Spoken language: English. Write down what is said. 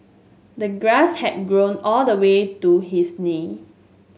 the grass had grown all the way to his knee